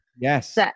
Yes